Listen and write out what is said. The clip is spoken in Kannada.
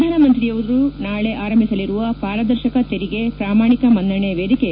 ಪ್ರಧಾನಮಂತ್ರಿಯವರು ನಾಳೆ ಆರಂಭಿಸಲಿರುವ ಪಾರದರ್ಶಕ ತೆರಿಗೆ ಪ್ರಾಮಾಣಿಕ ಮನ್ನಣೆ ವೇದಿಕೆ